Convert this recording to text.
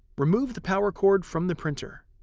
remove the power cord from the printer.